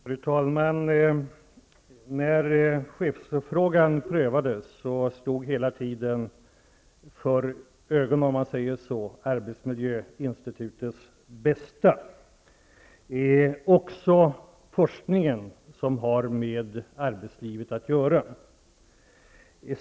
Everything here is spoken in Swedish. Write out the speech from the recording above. Fru talman! När chefsfrågan prövades stod hela tiden för ögonen, om man säger så, arbetsmiljöinstitutets bästa och också forskningen som har med arbetslivet att göra.